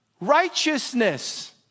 Righteousness